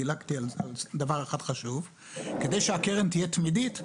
דילגתי על דבר אחד חשוב: כדי שהקרן תהיה תמידית,